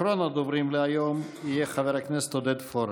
אחרון הדוברים להיום יהיה חבר הכנסת עודד פורר.